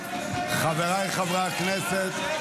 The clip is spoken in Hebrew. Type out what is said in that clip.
חבריי חברי הכנסת,